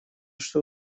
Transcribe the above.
что